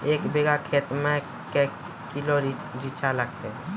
एक बीघा खेत मे के किलो रिचा लागत?